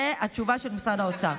אין 4,000. זו התשובה של משרד האוצר.